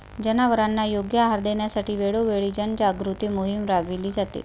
जनावरांना योग्य आहार देण्यासाठी वेळोवेळी जनजागृती मोहीम राबविली जाते